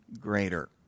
greater